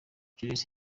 jules